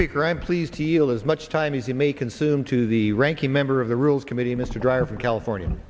speaker i'm pleased to yield as much time as you may consume to the ranking member of the rules committee mr dreier from california